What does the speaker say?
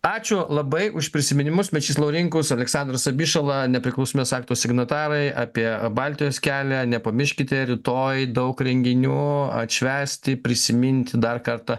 ačiū labai už prisiminimus mečys laurinkus aleksandras abišala nepriklausomybės akto signatarai apie baltijos kelią nepamirškite rytoj daug renginių atšvęsti prisiminti dar kartą